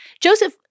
Joseph